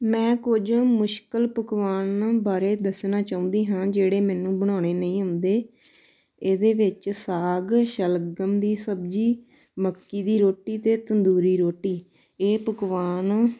ਮੈਂ ਕੁਝ ਮੁਸ਼ਕਿਲ ਪਕਵਾਨ ਬਾਰੇ ਦੱਸਣਾ ਚਾਹੁੰਦੀ ਹਾਂ ਜਿਹੜੇ ਮੈਨੂੰ ਬਣਾਉਣੇ ਨਹੀਂ ਆਉਂਦੇ ਇਹਦੇ ਵਿੱਚ ਸਾਗ ਸ਼ਲਗਮ ਦੀ ਸਬਜ਼ੀ ਮੱਕੀ ਦੀ ਰੋਟੀ ਅਤੇ ਤੰਦੂਰੀ ਰੋਟੀ ਇਹ ਪਕਵਾਨ